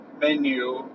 menu